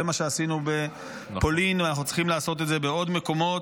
זה מה שעשינו בפולין ואנחנו צריכים לעשות את זה בעוד מקומות.